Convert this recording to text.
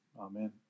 Amen